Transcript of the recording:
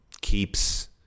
keeps